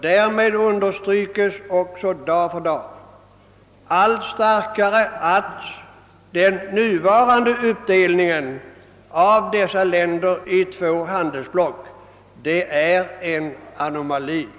Därmed understryks också dag för dag allt starkare att den nuvarande uppdelningen av dessa länder i två handelsblock är en anomali.